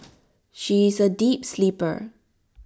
she is A deep sleeper